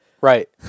Right